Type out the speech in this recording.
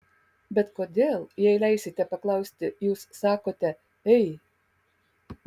bet kodėl jei leisite paklausti jūs sakote ei